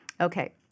Okay